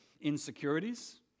insecurities